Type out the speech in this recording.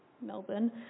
Melbourne